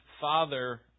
father